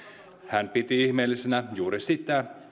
hän piti ihmeellisenä juuri sitä